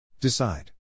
Decide